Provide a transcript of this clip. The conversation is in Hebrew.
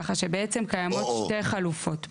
ככה שבעצם קיימות שתי חלופות.